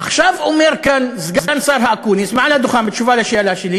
עכשיו אומר כאן סגן השר אקוניס מעל הדוכן בתשובה על שאלה שלי